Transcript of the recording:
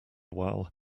while